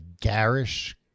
garish